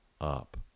up